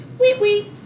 wee-wee